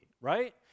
right